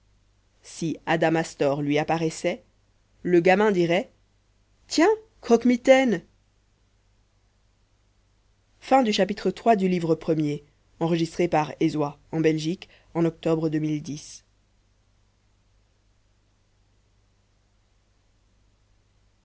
si adamastor lui apparaissait le gamin dirait tiens croquemitaine